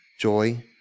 joy